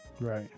right